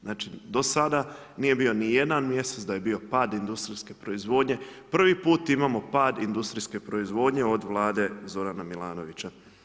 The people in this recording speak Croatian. Znači do sada nije bio nijedan mjesec da je bio pad industrijske proizvodnje, prvi put imamo pad industrijske proizvodnje od vlade Zorana Milanovića.